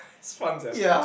it's fun sia